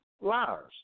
liars